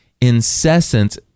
incessant